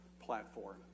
platform